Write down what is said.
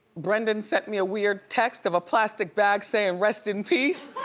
brendan sent me a weird text of a plastic bag saying rest in peace.